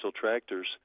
tractors